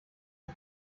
ist